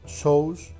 shows